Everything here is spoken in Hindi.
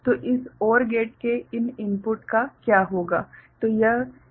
तो इस OR गेट के इन इनपुट्स का क्या होगा